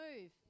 move